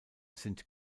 sind